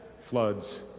floods